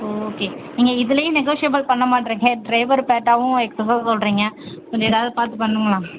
okay நீங்கள் இதிலியும் negotiable பண்ண மாற்றீங்க ட்ரைவர் பேட்டாவும் எஸ்ட்ராவாக சொல்கிறிங்க கொஞ்சம் ஏதாவது பார்த்து பண்ணுங்களேன்